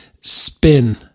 spin